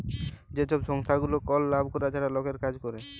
যে ছব সংস্থাগুলা কল লাভ ছাড়া লকের কাজ ক্যরে